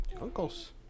Uncles